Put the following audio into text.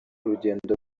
urugendo